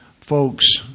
folks